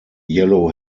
yellow